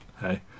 hey